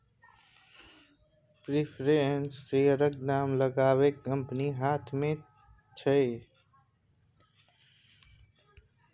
preference शेयरक दाम लगाएब कंपनीक हाथ मे छै